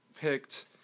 picked